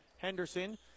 Henderson